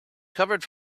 covered